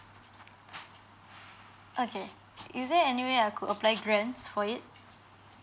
okay is there anyway I could apply grants for it